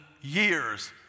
years